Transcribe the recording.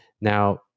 Now